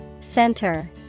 Center